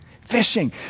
Fishing